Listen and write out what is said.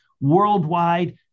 worldwide